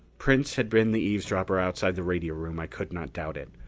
prince had been the eavesdropper outside the radio room. i could not doubt it.